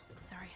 Sorry